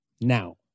Now